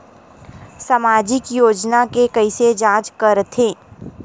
सामाजिक योजना के कइसे जांच करथे?